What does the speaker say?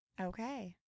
Okay